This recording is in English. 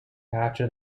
after